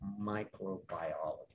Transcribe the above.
microbiology